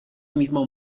mismo